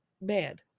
bad